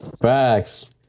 Facts